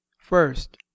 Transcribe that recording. first